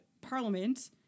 parliament